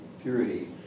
purity